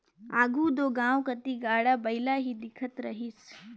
आघु दो गाँव कती गाड़ा बइला ही दिखत रहिस